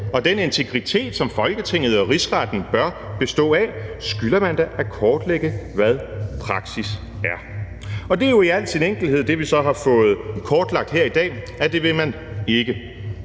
og den integritet, som Folketinget og Rigsretten bør bestå af, at kortlægge, hvad praksis er. Og det er jo i al sin enkelhed det, som vi så har fået kortlagt her i dag, altså at det vil man ikke.